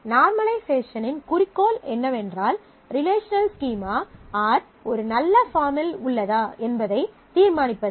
நார்மலைசேசனின் குறிக்கோள் என்னவென்றால் relational schema R ஒரு நல்ல பார்மில் உள்ளதா என்பதைத் தீர்மானிப்பதே